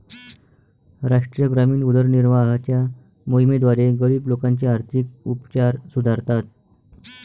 राष्ट्रीय ग्रामीण उदरनिर्वाहाच्या मोहिमेद्वारे, गरीब लोकांचे आर्थिक उपचार सुधारतात